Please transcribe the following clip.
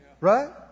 Right